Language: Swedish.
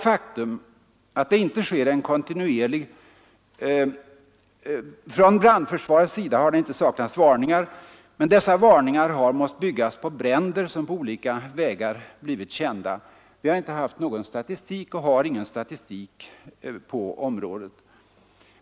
Från brandförsvarets sida har det inte saknats varningar, men dessa varningar har måst byggas på bränder som händelsevis och på olika vägar blivit kända. Det har inte funnits och finns inte någon statistik på området.